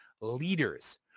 leaders